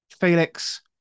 Felix